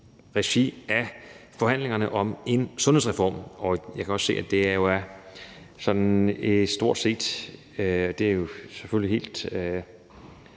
regi af forhandlingerne om en sundhedsreform. Jeg kan også se, at det jo sådan stort set er det. Det er selvfølgelig helt